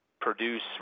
Produce